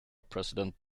president